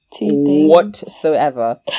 whatsoever